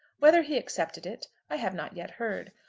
whether he accepted it i have not yet heard,